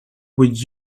would